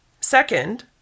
Second